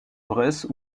bresse